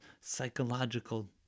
psychological